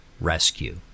rescue